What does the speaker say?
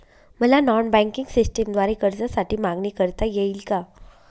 मला non banking सिस्टमद्वारे कर्जासाठी मागणी करता येईल का?